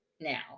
now